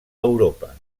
europa